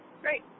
Great